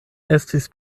estis